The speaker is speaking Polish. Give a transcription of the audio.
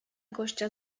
gościa